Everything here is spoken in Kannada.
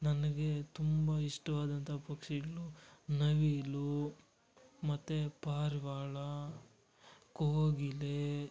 ನನಗೆ ತುಂಬ ಇಷ್ಟವಾದಂಥ ಪಕ್ಷಿಗಳು ನವಿಲು ಮತ್ತು ಪಾರಿವಾಳ ಕೋಗಿಲೆ